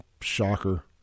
Shocker